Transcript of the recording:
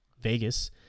Vegas